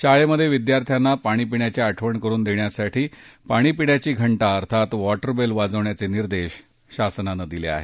शाळेत विद्यार्थ्यांना पाणी पिण्याची आठवण करून देण्यासाठी पाणी पिण्याची घंटा वॉटरबेल वाजवण्याचे निर्देश शासनानं दिले आहेत